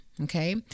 okay